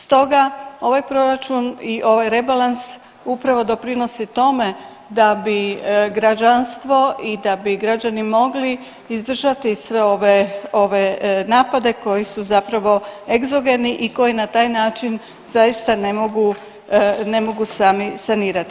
Stoga ovaj proračun i ovaj rebalans upravo doprinosi tome da bi građanstvo i da bi građani mogli izdržati sve ove napade koji su zapravo egzogeni i koji na taj način zaista ne mogu sami sanirati.